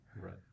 Right